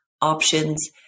options